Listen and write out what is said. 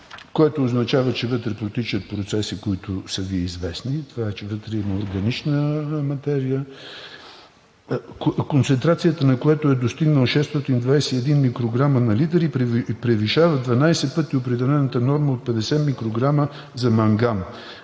което означава, че вътре протичат процеси, които са Ви известни, че вътре има органична материя, концентрацията на която е достигнала 621 микрограма на литър и превишава 12 пъти определената норма от 50 микрограма за манган